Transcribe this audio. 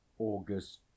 August